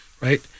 right